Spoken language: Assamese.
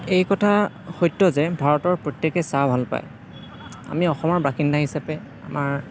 এই কথা সত্য যে ভাৰতৰ প্ৰত্যেকেই চাহ ভাল পায় আমি অসমৰ বাসিন্দা হিচাপে আমাৰ